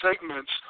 segments